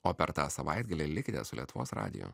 o per tą savaitgalį likite su lietuvos radiju